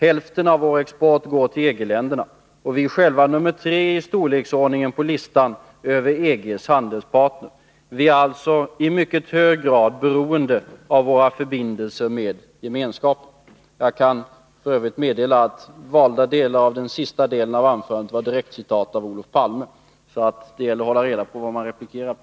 Hälften av vår export går till EG-länderna, och vi är själva nummer tre i storleksordning på listan över EG:s handelspartner. Vi är alltså i mycket hög grad beroende av våra förbindelser med Gemenskapen. Jag kan f. ö. meddela att valda delar av den sista delen av den här repliken är direkt citat ur Olof Palmes anförande. Det gäller alltså att hålla reda på vad man replikerar på.